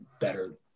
better